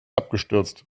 abgestürzt